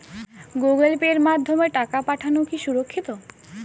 Google পের মাধ্যমে টাকা পাঠানোকে সুরক্ষিত?